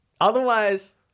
Otherwise